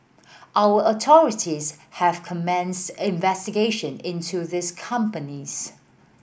our authorities have commenced investigation into these companies